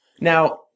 Now